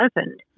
opened